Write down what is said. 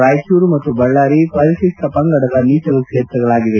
ರಾಯಚೂರು ಮತ್ತು ಬಳ್ಳಾರಿ ಪರಿಶಿಷ್ಟ ಪಂಗಡದ ಮೀಸಲು ಕ್ಷೇತ್ರಗಳಾಗಿವೆ